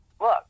look